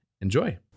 Enjoy